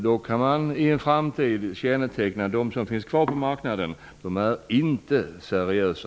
Då kan de som i framtiden finns kvar på marknaden betecknas såsom icke seriösa.